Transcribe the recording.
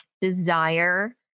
desire